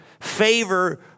favor